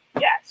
Yes